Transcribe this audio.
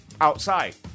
outside